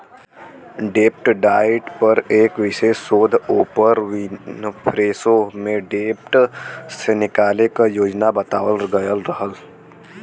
डेब्ट डाइट पर एक विशेष शोध ओपर विनफ्रेशो में डेब्ट से निकले क योजना बतावल गयल रहल